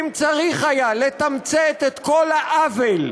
אם צריך היה לתמצת את כל העוול,